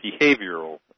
behavioral